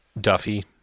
Duffy